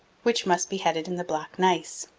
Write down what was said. which must be headed in the black gneiss.